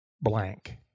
blank